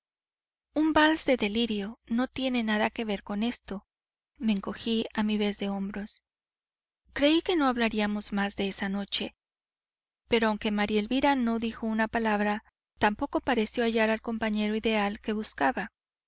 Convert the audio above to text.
un vals de delirio no tiene nada que ver con esto me encogí a mi vez de hombros creí que no hablaríamos más esa noche pero aunque maría elvira no dijo una palabra tampoco pareció hallar al compañero ideal que buscaba